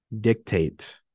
dictate